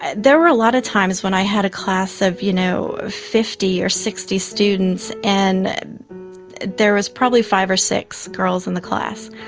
there were a lot of times when i had a class of you know fifty or sixty students, and there was probably five or six girls in the class.